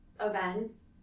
events